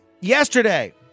yesterday